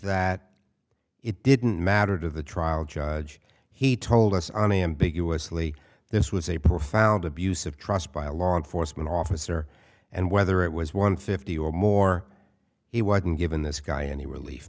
that it didn't matter to the trial judge he told us on ambiguously this was a profound abuse of trust by a law enforcement officer and whether it was one fifty or more he wasn't giving this guy any relief